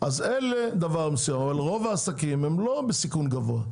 יחד עם זאת, רוב העסקים הם לא בסיכון גבוה.